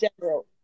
general